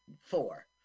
Four